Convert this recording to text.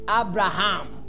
Abraham